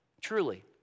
Truly